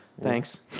Thanks